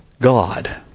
God